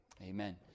amen